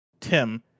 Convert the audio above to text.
Tim